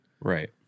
Right